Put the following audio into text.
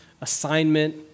assignment